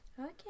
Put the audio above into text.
Okay